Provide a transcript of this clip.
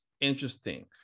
Interesting